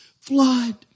flood